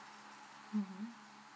mm